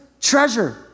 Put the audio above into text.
treasure